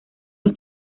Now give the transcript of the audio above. los